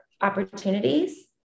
opportunities